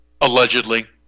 Allegedly